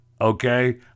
okay